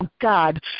God